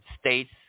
states